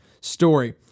Story